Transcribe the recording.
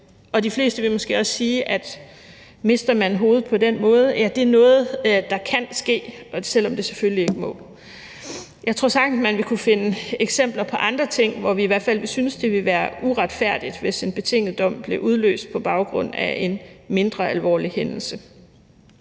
de fleste vil måske også sige, at mister man hovedet på den måde, er det noget, der kan ske, selv om det selvfølgelig ikke må. Jeg tror sagtens, man vil kunne finde eksempler på andre ting, hvor vi i hvert fald ville synes, det ville være uretfærdigt, hvis en betinget dom blev udløst på baggrund af en mindre alvorlig hændelse.